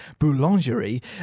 boulangerie